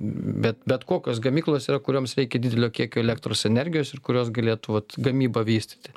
bet bet kokios gamyklos yra kurioms reikia didelio kiekio elektros energijos ir kurios galėtų vat gamybą vystyti